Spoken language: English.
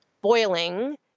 boiling